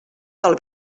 del